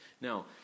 Now